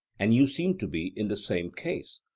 and you seem to be in the same case,